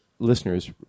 Listeners